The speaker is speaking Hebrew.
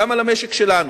וגם על המשק שלנו.